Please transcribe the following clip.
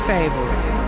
Fables